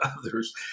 others